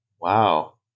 Wow